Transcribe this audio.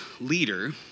leader